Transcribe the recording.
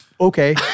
okay